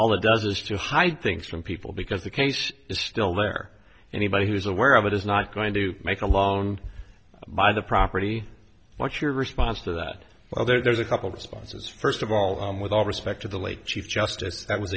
all it does is to hide things from people because the case is still there anybody who's aware of it is not going to make a loan buy the property what's your response to that well there's a couple responses first of all i'm with all respect to the late chief justice